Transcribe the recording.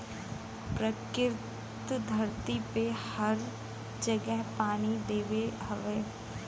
प्रकृति धरती पे हर जगह पानी देले हउवे